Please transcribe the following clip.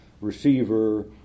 receiver